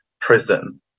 prison